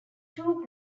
two